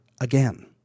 again